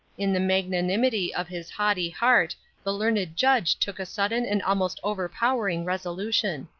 in the magnanimity of his haughty heart the learned judge took a sudden and almost overpowering resolution.